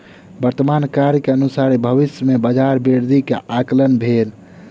वर्तमान कार्य के अनुसारे भविष्य में बजार वृद्धि के आंकलन भेल